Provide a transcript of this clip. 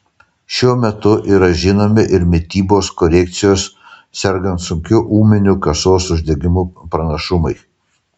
šiuo metu yra žinomi ir mitybos korekcijos sergant sunkiu ūminiu kasos uždegimu pranašumai